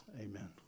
Amen